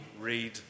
read